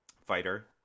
fighter